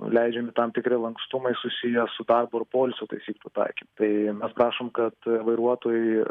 leidžiami tam tikri lankstumai susiję su darbo ir poilsio taisyklių taikymu tai mes prašom kad vairuotojai